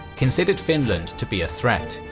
considered finland to be a threat.